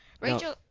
Rachel